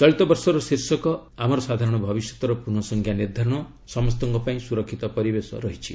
ଚଳିତବର୍ଷର ଶୀର୍ଷକ 'ଆମର ସାଧାରଣ ଭବିଷ୍ୟତର ପୁନଃ ସଂଜ୍ଞା ନିର୍ଦ୍ଧାରଣ ସମସ୍ତଙ୍କ ପାଇଁ ସୁରକ୍ଷିତ ପରିବେଶ' ରହିଛି